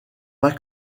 pas